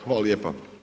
Hvala lijepa.